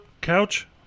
couch